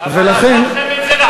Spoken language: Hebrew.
אבל אתם מתעלמים מזה.